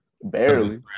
barely